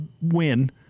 win